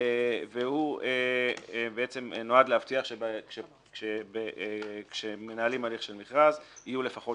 והוא נועד להבטיח שכשמנהלים הליך של מכרז יהיו לפחות